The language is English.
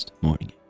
morning